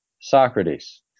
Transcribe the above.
Socrates